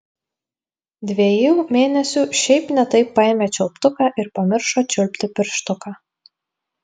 dviejų mėnesių šiaip ne taip paėmė čiulptuką ir pamiršo čiulpti pirštuką